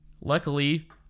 Luckily